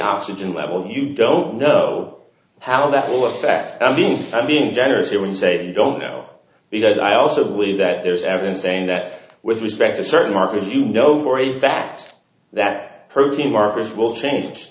oxygen level you don't know how that will affect the i'm being generous here when you say they don't know because i also believe that there is evidence saying that with respect to certain markets you know for a fact that protein markers will change